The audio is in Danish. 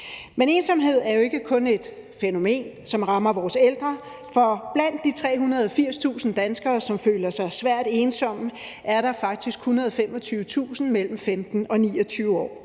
Men ensomhed er jo ikke kun et fænomen, som rammer vores ældre, for blandt de 380.000 danskere, som føler sig svært ensomme, er der faktisk 125.000 mellem 15 og 29 år.